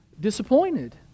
disappointed